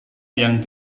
yang